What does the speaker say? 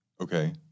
Okay